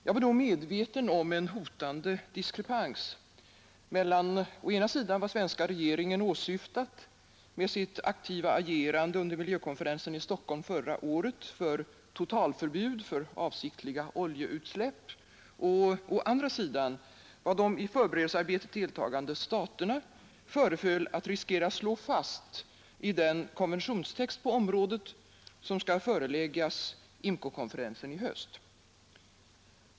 Jag var då medveten om en hotande diskrepans mellan å ena sidan vad den svenska regeringen åsyftat med sitt aktiva agerande under miljökonferensen i Stockholm förra året för totalförbud mot avsiktliga oljeutsläpp och å andra sidan vad de i förberedelsearbetet deltagande staterna föreföll att riskera slå fast i den konventionstext på området som skall föreläggas IMCO-konferensen i höst.